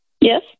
Yes